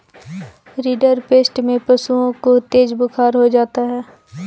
rinderpest में पशुओं को तेज बुखार हो जाता है